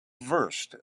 versed